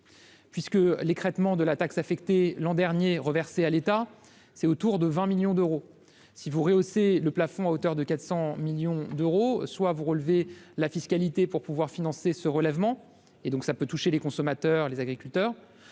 puisque l'écrêtement de la taxe affectée l'an dernier, reverser à l'État, c'est au tour de 20 millions d'euros si vous rehausser le plafond à hauteur de 400 millions d'euros, soit vous relever la fiscalité pour pouvoir financer ce relèvement et donc ça peut toucher les consommateurs, les agriculteurs,